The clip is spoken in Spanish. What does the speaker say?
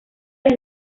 les